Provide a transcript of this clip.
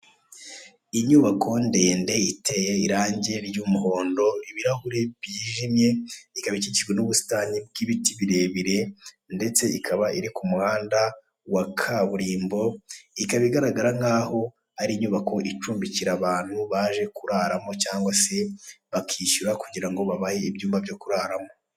Inyubako ndende iteye irangi ry'umukara, ifite ibirahuri by'ibara ry'icyatsi cyijimye. Ikikijwe n'ibiti birebire kandi iri ku muhanda wa kaburimbo.